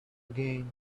again